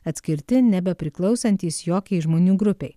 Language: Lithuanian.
atskirti nepriklausantys jokiai žmonių grupei